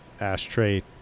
ashtray